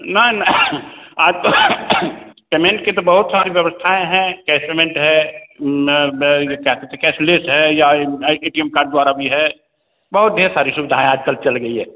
नहीं नहीं आज कल पेमेंट की तो बहुत सारी व्यवस्थाएँ हैं कैश पेमेंट है ब यह क्या कहते कैशलेस है या ए टी एम कार्ड द्वारा भी है बहुत ढेर सारी सुविधाएँ आज कल चल गई है